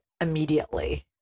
immediately